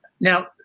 Now